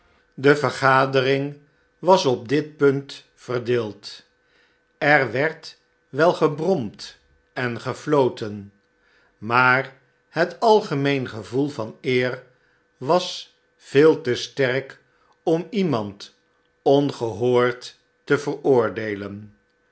de vergadering was op dit punt verdeeld er werd wel gebromd en gefloten maar het algemeen gevoel van eer was veel te sterk om iemand ongehoord te veroordeelen